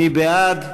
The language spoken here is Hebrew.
מי בעד?